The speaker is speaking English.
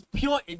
pure